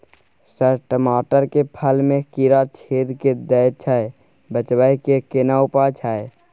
Sir टमाटर के फल में कीरा छेद के दैय छैय बचाबै के केना उपाय छैय?